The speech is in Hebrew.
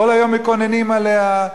כל היום מקוננים עליה,